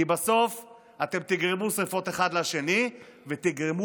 כי בסוף אתם תגרמו שרפות אחד לשני ותגרמו